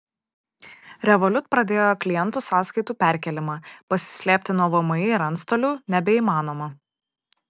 revolut pradėjo klientų sąskaitų perkėlimą pasislėpti nuo vmi ir antstolių nebeįmanoma